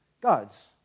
gods